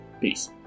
peace